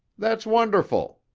that's wonderful!